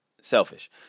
selfish